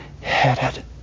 headed